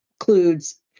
includes